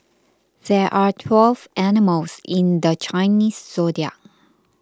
there are twelve animals in the Chinese zodiac